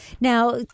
Now